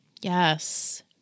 Yes